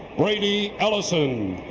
brady ellison.